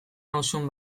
nauzun